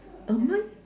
uh mine